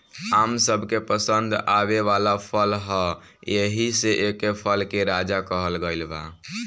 आम सबके पसंद आवे वाला फल ह एही से एके फल के राजा कहल गइल बा